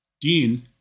Dean